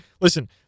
listen